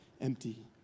empty